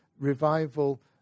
Revival